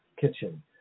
kitchen